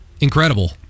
Incredible